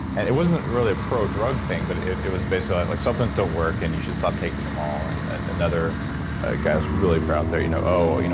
and it wasn't really a pro drug thing but it it was basically like something's don't work and you should stop taking them all. and another ah guy is really far out there, you know oh, you know